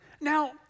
now